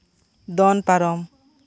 ᱫᱚᱱ ᱯᱟᱨᱚᱢ